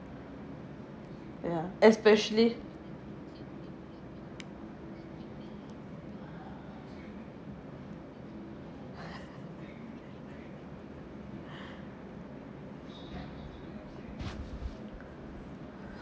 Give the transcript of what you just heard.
ya especially